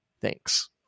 thanks